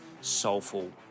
soulful